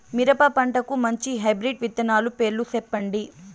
మిరప పంటకు మంచి హైబ్రిడ్ విత్తనాలు పేర్లు సెప్పండి?